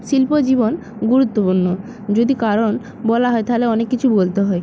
শিল্প জীবন গুরুত্বপূর্ণ যদি কারণ বলা হয় তাহলে অনেক কিছু বলতে হয়